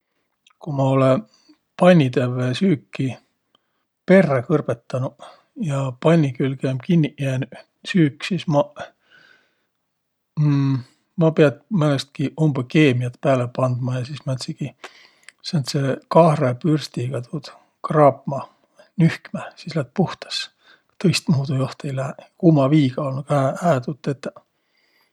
Ku ma olõ pannitävve süüki perrä kõrbõtanuq ja panni külge um kinniq jäänüq süük, sis maq ma piät määnestki umbõ keemiät pääle pandma ja sis määntsegi sääntse kahrõ pürstiga tuud kraapma, nühkmä. Sis lätt puhtas. Tõistmuudu joht ei lääq. Kuuma viiga olnuq hää, hää tuud tetäq.